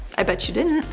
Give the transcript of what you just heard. i bet you didn't.